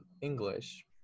English